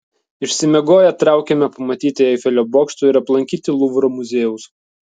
išsimiegoję traukėme pamatyti eifelio bokšto ir aplankyti luvro muziejaus